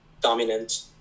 dominant